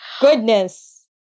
goodness